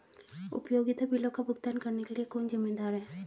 उपयोगिता बिलों का भुगतान करने के लिए कौन जिम्मेदार है?